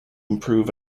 improve